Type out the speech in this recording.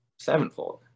sevenfold